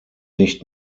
nicht